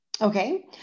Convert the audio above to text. Okay